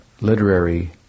literary